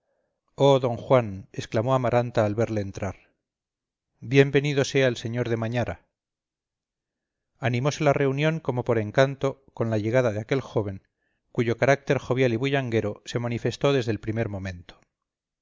oh don juan exclamó amaranta al verle entrar bien venido sea el sr de mañara animóse la reunión como por encanto con la entrada de aquel joven cuyo carácter jovial y bullanguero se manifestó desde el primer momento